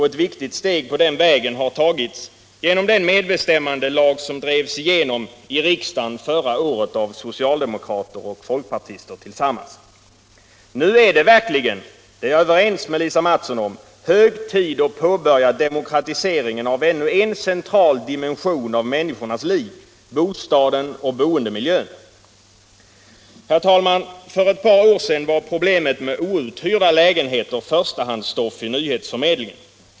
Ett viktigt steg på den vägen har tagits genom den medbestämmandelag som drevs igenom i riksdagen förra året av socialdemokrater och folkpartister tillsammans. Nu är det verkligen — det är jag överens med Lisa Mattson om —- hög tid att påbörja demokratiseringen av ännu en central dimension av människornas liv: bostaden och boendemiljön. För ett par år sedan, herr talman, var problemet med outhyrda lägenheter förstahandsstoff i nyhetsförmedlingen.